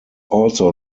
also